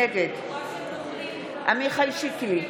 נגד עמיחי שיקלי,